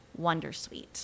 Wondersuite